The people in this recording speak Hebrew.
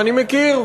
ואני מכיר,